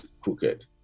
crooked